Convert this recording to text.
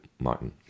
Martin